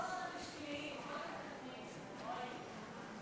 ההסתייגות של חברי הכנסת מיקי רוזנטל,